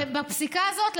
ובפסיקה הזאת,